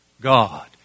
God